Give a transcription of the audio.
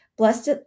Blessed